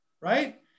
right